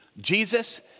Jesus